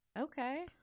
okay